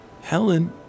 Helen